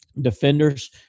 defenders